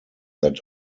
that